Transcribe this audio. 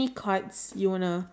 two in ones